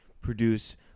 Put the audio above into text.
produce